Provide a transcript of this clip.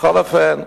בכל אופן,